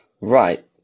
right